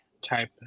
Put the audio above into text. type